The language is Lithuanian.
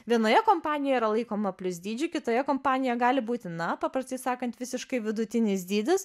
vienoje kompanijoj yra laikoma plius dydžiu kitoje kompanijoje gali būti na paprastai sakant visiškai vidutinis dydis